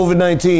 COVID-19